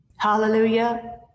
Hallelujah